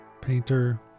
painter